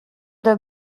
del